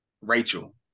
Rachel